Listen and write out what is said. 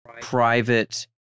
private